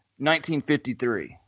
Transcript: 1953